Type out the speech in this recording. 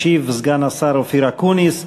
ישיב סגן השר אופיר אקוניס.